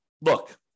look